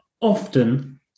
often